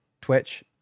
twitch